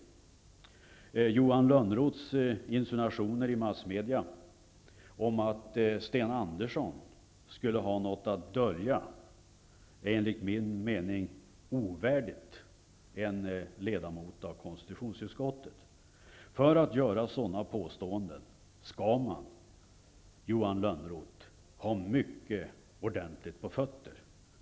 Johan Lönnroths insinuationer i massmedia om att Sten Andersson skulle ha något att dölja är enligt min mening ovärdigt en ledamot av konstitutionsutskottet. För att göra sådana påståenden skall man, Johan Lönnroth, ha mycket ordentligt på fötterna.